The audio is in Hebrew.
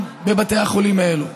בבתי החולים האלו.